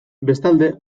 bestalde